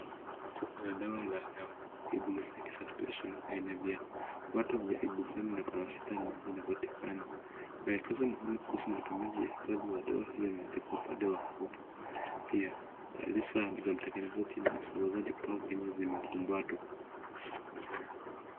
Kopo la dawa la Ibuflam suspension lenye viambato vya ibuprofen na paracetamol linapatikana. Maelekezo muhimu kuhusu matumizi ya hifadhi ya dawa hiyo yameandikwa upande wa kopo. Pia taarifa za mtengenezaji na msambazaji kutoka Kenya zimefumbatwa.